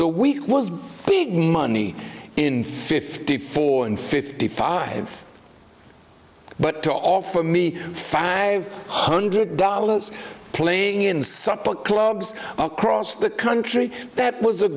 a week was big money in fifty four and fifty five but to offer me five hundred dollars playing in supper clubs across the country that was a